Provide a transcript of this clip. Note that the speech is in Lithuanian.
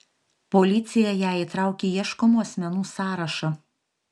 policija ją įtraukė į ieškomų asmenų sąrašą